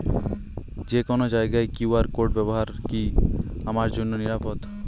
যে কোনো জায়গার কিউ.আর কোড ব্যবহার করা কি আমার জন্য নিরাপদ?